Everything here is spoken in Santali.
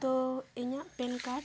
ᱛᱳ ᱤᱧᱟᱹᱜ ᱯᱮᱱ ᱠᱟᱨᱰ